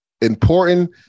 important –